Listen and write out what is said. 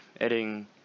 adding